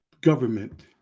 government